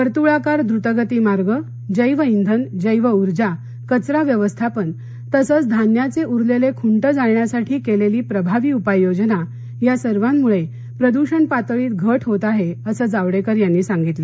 वर्तुळाकार द्रतगतीमार्ग जैव इंधन जैव ऊर्जा कचरा व्यवस्थापन तसंच धान्याचे उरलेले खुंट जाळण्यासाठी केलेली प्रभावी उपाययोजना या सर्वांमुळे प्रदूषण पातळीत घट होत आहे असं जावडेकर यांनी सांगितलं